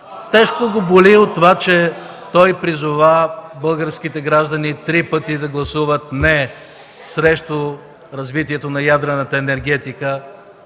Тежко го боли от това, че той призова българските граждани три пъти да гласуват „не” срещу развитието на ядрената енергетика